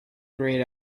grayed